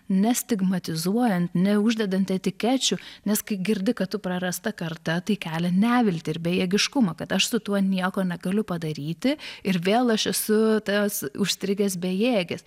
nestigmatizuojant neuždedant etikečių nes kai girdi kad tu prarasta karta tai kelia neviltį ir bejėgiškumą kad aš su tuo nieko negaliu padaryti ir vėl aš esu tas užstrigęs bejėgis